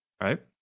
right